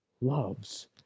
loves